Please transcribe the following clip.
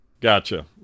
Gotcha